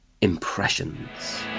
impressions